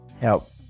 Help